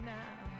now